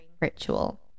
ritual